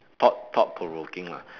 thought thought provoking lah